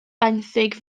benthyg